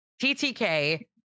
ttk